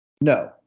No